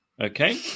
okay